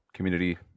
community